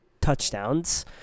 touchdowns